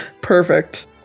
Perfect